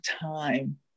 time